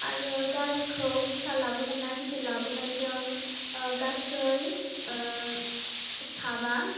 आरो गारिखौ फिसा लाबोगोन ना गिदिर लाबोगोन जों ओ गासै ओ साबा